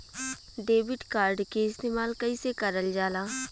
Debit card के इस्तेमाल कइसे करल जाला?